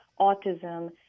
autism